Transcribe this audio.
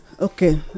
Okay